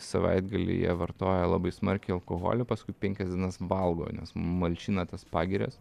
savaitgalį jie vartoja labai smarkiai alkoholį paskui penkias dienas valgo nes malšina tas pagirias